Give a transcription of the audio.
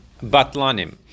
batlanim